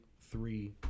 three